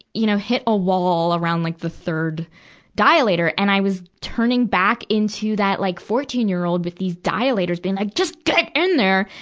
you know, hit a wall around like the third dilator. and i was turning back into that like fourteen year old with these dilators, being like, just get in there!